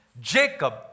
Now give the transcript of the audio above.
Jacob